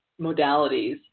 modalities